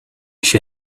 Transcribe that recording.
she